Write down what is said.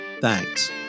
Thanks